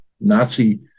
Nazi